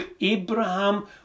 Abraham